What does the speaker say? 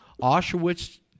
Auschwitz